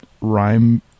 rhyme